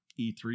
e3